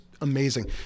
amazing